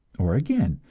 or, again,